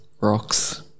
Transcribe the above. rocks